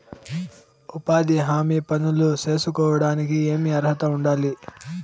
ఉపాధి హామీ పనులు సేసుకోవడానికి ఏమి అర్హత ఉండాలి?